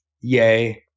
yay